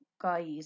guys